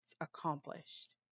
accomplished